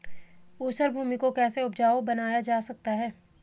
ऊसर भूमि को कैसे उपजाऊ बनाया जा सकता है?